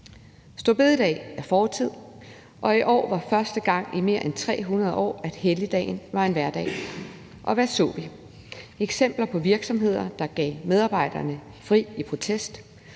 bededag er fortid, og i år var første gang i mere end 300 år, at helligdagen var en hverdag, og hvad så vi? Vi så eksempler på virksomheder, der gav medarbejderne fri i protest,